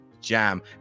jam